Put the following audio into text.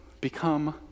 become